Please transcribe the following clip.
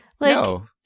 No